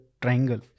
triangle